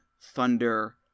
Thunder